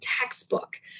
textbook